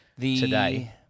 today